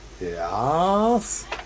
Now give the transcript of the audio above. Yes